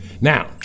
Now